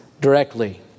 directly